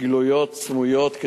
גלויות, סמויות,